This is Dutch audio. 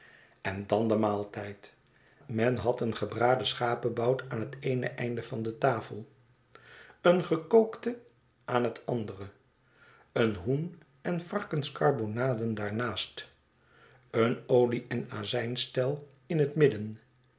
en dan de maaltijd men had een gebraden schapebout aan het eene eind van de tafel een gekookte aan het andere een hoen en varkenskarbonaden daar naast een olie en azijn stelin het midden